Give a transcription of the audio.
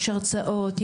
יש הרצאות,